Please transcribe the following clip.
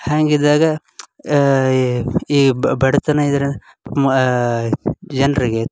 ಹಾಗಿದ್ದಾಗ ಈ ಈ ಬಡತನ ಇದ್ರಲ್ಲಿ ಜನರಿಗೆ